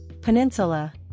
Peninsula